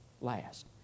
last